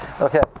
Okay